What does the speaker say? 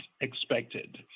expected